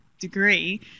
degree